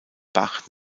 bach